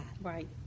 Right